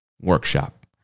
workshop